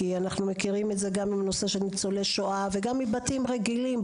כי אנחנו מכירים את זה גם מנושא של ניצולי שואה וגם מבתים רגילים.